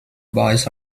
boys